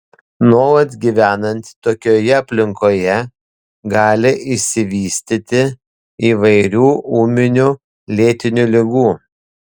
nuolat gyvenant tokioje aplinkoje gali išsivystyti įvairių ūminių lėtinių ligų